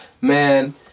man